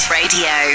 radio